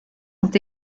sont